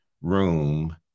room